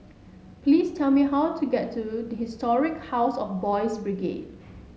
please tell me how to get to Historic House of Boys' Brigade